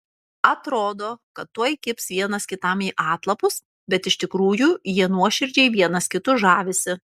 atrodo tuoj kibs vienas kitam į atlapus bet iš tikrųjų jie nuoširdžiai vienas kitu žavisi